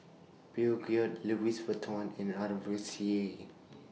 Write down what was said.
Peugeot Louis Vuitton and R V C A